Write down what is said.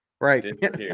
right